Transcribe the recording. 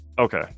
okay